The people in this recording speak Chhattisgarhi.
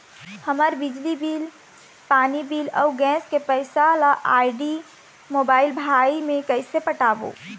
हमर बिजली बिल, पानी बिल, अऊ गैस के पैसा ला आईडी, मोबाइल, भाई मे कइसे पटाबो?